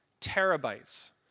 Terabytes